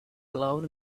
cloud